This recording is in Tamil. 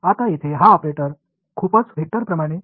இப்போது இங்கே இருக்கும் இந்த ஆபரேட்டர் ஒரு வெக்டர் போன்றது